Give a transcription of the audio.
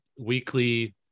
weekly